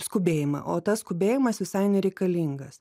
skubėjimą o tas skubėjimas visai nereikalingas